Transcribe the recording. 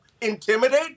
intimidate